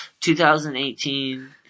2018